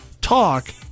talk